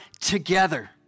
together